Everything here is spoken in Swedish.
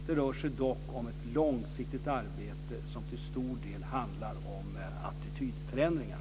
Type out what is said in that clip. Det rör sig dock om ett långsiktigt arbete som till stor del handlar om attitydförändringar.